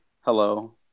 hello